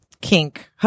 Kink